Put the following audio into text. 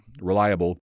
reliable